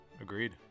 Agreed